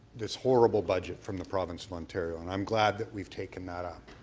this horrible budget from the province of ontario. and i'm glad that we've taken that up.